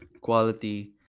quality